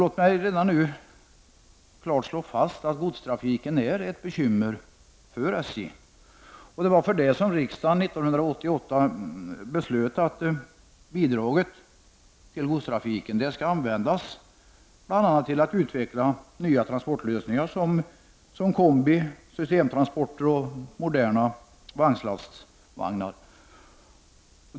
Låt mig redan nu klart slå fast att godstrafiken är ett bekymmer för SJ. Det var därför som riksdagen 1988 fattade beslut om att bidraget till godstrafiken skall användas bl.a. till att utveckla nya transportlösningar, t.ex. kombitrafik, systemtransporter och moderna vagnslastvagnar.